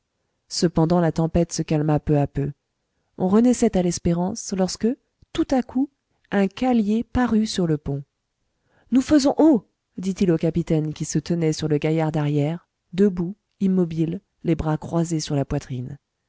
cependant la tempête se calma peu à peu on renaissait à l'espérance lorsque tout à coup un calier parut sur le pont nous faisons eau dit-il au capitaine qui se tenait sur le gaillard d'arrière debout immobile les bras croisés sur la poitrine